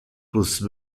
plus